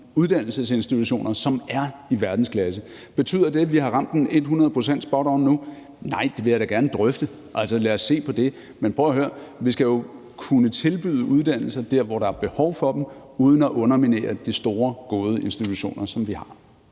uddannelsesinstitutioner, som er i verdensklasse. Betyder det, at vi har ramt den et hundrede procent spot on nu? Nej, det vil jeg da gerne drøfte. Altså, lad os se på det. Med prøv at høre, vi skal jo kunne tilbyde uddannelser der, hvor der er behov for dem, uden at underminere de store, gode institutioner, som vi har.